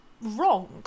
wrong